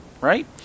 right